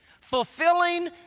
fulfilling